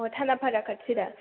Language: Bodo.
औ थानाफारा खाथिदा